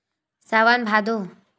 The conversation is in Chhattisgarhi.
सावन भादो